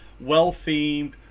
well-themed